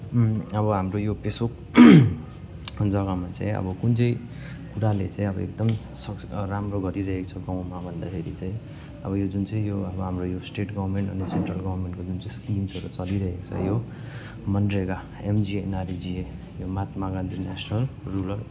अब हाम्रो यो पेसोक जग्गामा चाहिँ अब कुन चाहिँ कुराले चाहिँ अब एकदम सक्स राम्रो गरिरहेको छ गाउँमा भन्दाखेरि चाहिँ अब यो जुन चाहिँ यो अब हाम्रो यो स्टेट गभर्मेन्ट अनि सेन्ट्रल गभर्मेन्टको जुन चाहिँ स्किम्सहरू चलिरहेको छ यो मनरेगा एमजिएनआरइजिए यो महात्मा गान्धी नेसनल रुरल